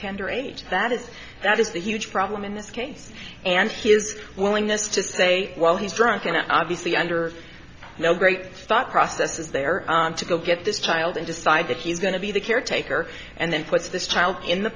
tender age that is that is the huge problem in this case and his willingness to say well he's drunk and obviously under no great thought process is there to go get this child and decide that he's going to be the caretaker and then puts this child in the